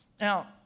Now